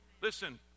listen